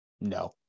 No